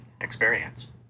experience